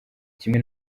kimwe